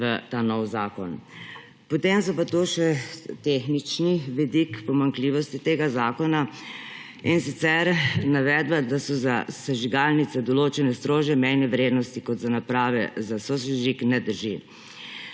v ta novi zakon. Potem pa je tukaj še tehnični vidik pomanjkljivosti tega zakona, in sicer navedba, da so za sežigalnice določene strožje mejne vrednosti kot za naprave za sosežig, ne drži.